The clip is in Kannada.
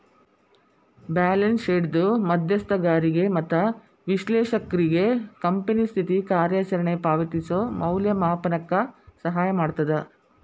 ಬ್ಯಾಲೆನ್ಸ್ ಶೇಟ್ದ್ ಮಧ್ಯಸ್ಥಗಾರಿಗೆ ಮತ್ತ ವಿಶ್ಲೇಷಕ್ರಿಗೆ ಕಂಪನಿ ಸ್ಥಿತಿ ಕಾರ್ಯಚರಣೆ ಪಾವತಿಸೋ ಮೌಲ್ಯಮಾಪನಕ್ಕ ಸಹಾಯ ಮಾಡ್ತದ